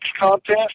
contest